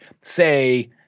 say